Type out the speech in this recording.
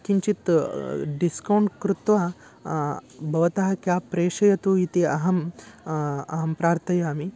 किञ्चित् डिस्कौण्ट् कृत्वा भवतः क्याब् प्रेषयतु इति अहम् अहं प्रार्थयामि